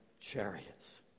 chariots